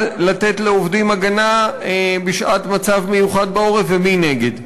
לתת לעובדים הגנה בשעת מצב מיוחד בעורף ומי נגד.